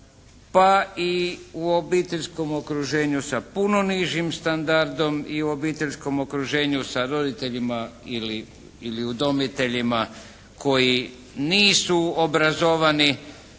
pa i u obiteljskom okruženju sa puno nižim standardom i u obiteljskom okruženju sa roditeljima ili udomiteljima koji nisu obrazovani.